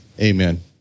amen